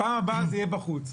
בפעם הבאה תהיו בחוץ.